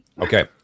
Okay